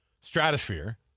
stratosphere